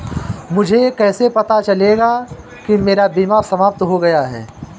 मुझे कैसे पता चलेगा कि मेरा बीमा समाप्त हो गया है?